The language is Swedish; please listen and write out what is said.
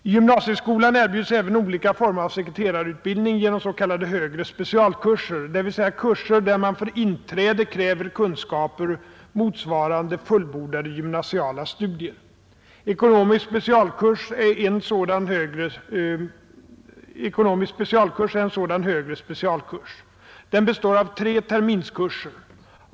I gymnasieskolan erbjuds även olika former av sekreterarutbildning genom s.k. högre specialkurser, dvs. kurser där man för inträde kräver kunskaper motsvarande fullbordade gymnasiala studier. Ekonomisk specialkurs är en sådan högre specialkurs. Den består av tre terminskurser.